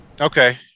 Okay